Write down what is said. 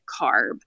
carb